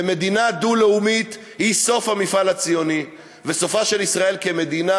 ומדינה דו-לאומית היא סוף המפעל הציוני וסופה של ישראל כמדינה,